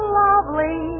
lovely